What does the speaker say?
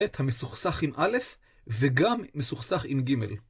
את המסוכסך עם א' וגם מסוכסך עם ג'.